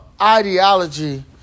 ideology